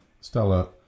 stella